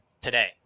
today